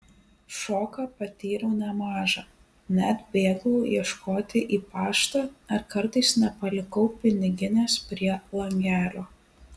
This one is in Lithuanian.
šoką patyriau nemažą net bėgau ieškoti į paštą ar kartais nepalikau piniginės prie langelio